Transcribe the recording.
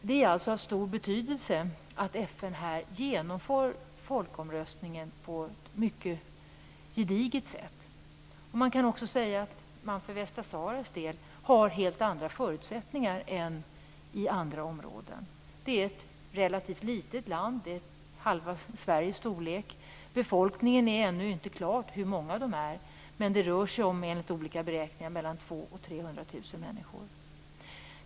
Det är alltså av stor betydelse att FN genomför folkomröstningen på ett mycket gediget sätt. Man kan också säga att Västra Sahara i detta avseende har helt andra förutsättningar än många andra områden. Det är ett relativt litet land, av halva Sveriges storlek. Det är ännu inte klart hur stor befolkningen är, men det rör sig enligt olika beräkningar om mellan 200 000 och 300 000 människor.